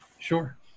Sure